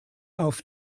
auf